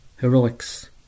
heroics